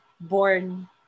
born